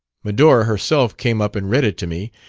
medora herself came up and read it to me.